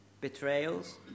betrayals